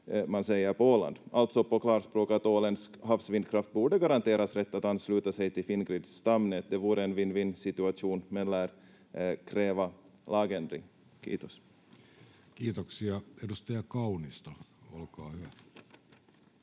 Content: Kiitoksia. — Edustaja Kaunisto, olkaa hyvä.